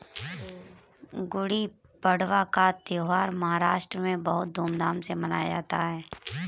गुड़ी पड़वा का त्यौहार महाराष्ट्र में बहुत धूमधाम से मनाया जाता है